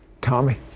Tommy